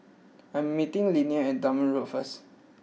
I am meeting Leaner at Dunman Road first